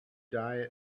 diet